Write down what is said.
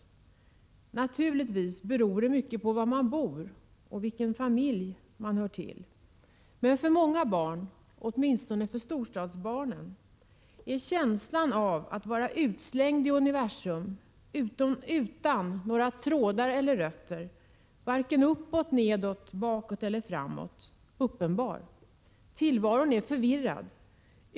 Naturligtvis beror det mycket på var man bor och till vilken familj man hör. Men för många barn — åtminstone för storstadsbarnen — är känslan av att vara utslängd i universum, utan några trådar eller rötter, varken uppåt, nedåt, bakåt eller framåt, uppenbar. Tillvaron är förvirrad.